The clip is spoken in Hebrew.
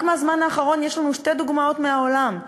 רק מהזמן האחרון יש לנו שתי דוגמאות מהעולם.